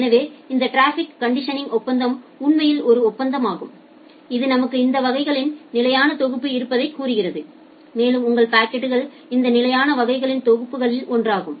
எனவே இந்த traffic conditioning ஒப்பந்தம் உண்மையில் ஒரு ஒப்பந்தமாகும் இது நமக்கு இந்த வகைகளின் நிலையான தொகுப்பு இருப்பதைக் கூறுகிறது மேலும் உங்கள் பாக்கெட்கள் இந்த நிலையான வகைகளில் தொகுப்புகளில் ஒன்றாகும்